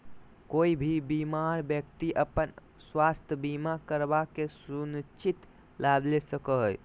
कोय भी बीमार व्यक्ति अपन स्वास्थ्य बीमा करवा के सुनिश्चित लाभ ले सको हय